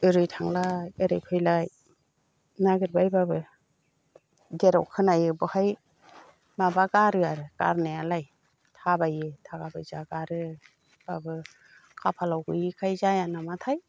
ओरै थांलाय ओरै फैलाय नागिरबायब्लाबो जेराव खोनायो बेवहाय माबा गारो आरो गारनायालाय थाबायो थाखा फैसा गारोब्लाबो खाफालाव गैयिखाय जायानामाथाय